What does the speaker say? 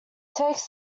takes